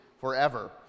forever